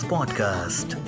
Podcast